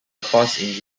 across